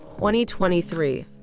2023